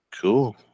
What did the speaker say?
Cool